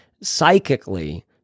psychically